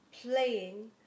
playing